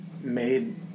made